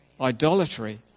idolatry